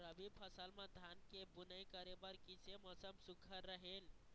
रबी फसल म धान के बुनई करे बर किसे मौसम सुघ्घर रहेल?